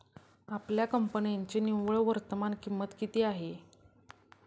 आपल्या कंपन्यांची निव्वळ वर्तमान किंमत किती आहे?